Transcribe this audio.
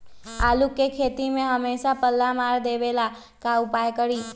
आलू के खेती में हमेसा पल्ला मार देवे ला का उपाय करी?